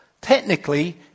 technically